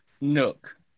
nook